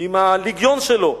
עם הלגיון שלו.